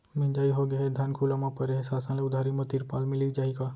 मिंजाई होगे हे, धान खुला म परे हे, शासन ले उधारी म तिरपाल मिलिस जाही का?